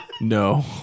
No